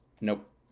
Nope